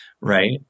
right